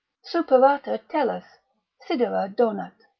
superata tellus sidera donat.